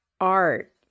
art